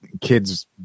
kids